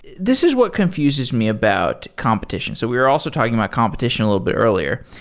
this is what confuses me about competition. so we are also talking about competition a little bit earlier.